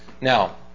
Now